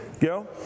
Go